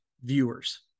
viewers